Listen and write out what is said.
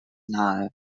nahe